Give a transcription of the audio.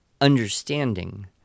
understanding